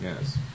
Yes